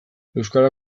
euskara